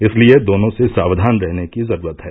इसलिये दोनों से साक्वान रहने की जरूरत है